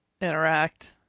interact